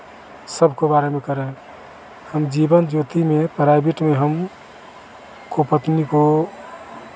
सबको बारे में कह रहे हैं हम जीवन ज्योति में प्राइवेट में हम को पत्नी को